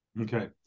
Okay